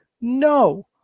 no